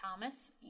Thomas